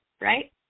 right